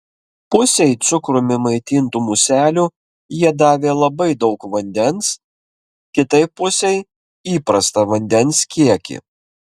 pusei cukrumi maitintų muselių jie davė labai daug vandens kitai pusei įprastą vandens kiekį